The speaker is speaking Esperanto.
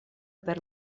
per